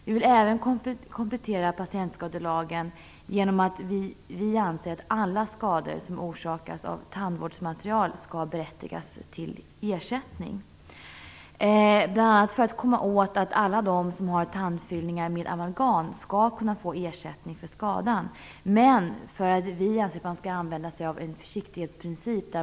Vi vill även komplettera patientskadelagen genom att vi anser att alla skador som orsakats av tandvårdmaterial skall berättiga till ersättning. Alla de som har tandfyllningar av amalgam skall kunna få ersättning för skadan. Men vi anser att man bör använda sig av en försiktighetsprincip.